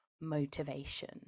motivation